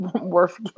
worth